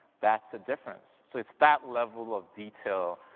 that's a difference. so it's that level of detail,